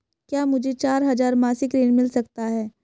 क्या मुझे चार हजार मासिक ऋण मिल सकता है?